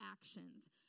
actions